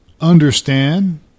understand